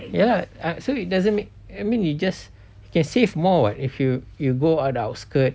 ya I so it doesn't make I mean it just you can save more [what] if you go go on the outskirt